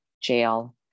jail